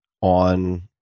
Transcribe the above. on